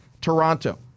Toronto